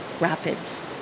rapids